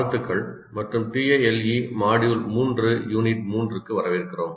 வாழ்த்துக்கள் மற்றும் TALE Module 3 Unit 3 க்கு வரவேற்கிறோம்